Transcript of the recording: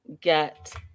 get